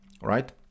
right